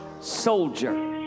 Soldier